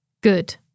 Good